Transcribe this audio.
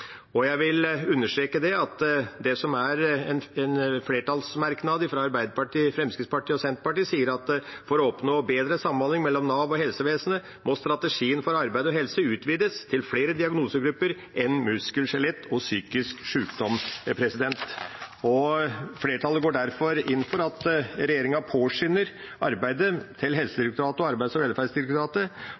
Jeg vil understreke det som er en flertallsmerknad fra Arbeiderpartiet, Fremskrittspartiet og Senterpartiet, som sier: «For å oppnå bedre samhandling mellom Nav og helsevesenet må strategien for arbeid og helse utvides til flere diagnosegrupper enn muskel/skjelett og psykisk sykdom.» Flertallet går derfor inn for at regjeringa påskynder arbeidet til Helsedirektoratet og Arbeids- og velferdsdirektoratet